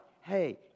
Hey